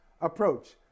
approach